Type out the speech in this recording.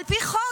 על פי חוק.